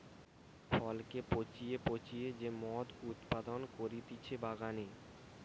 ফলকে পচিয়ে পচিয়ে যে মদ উৎপাদন করতিছে বাগানে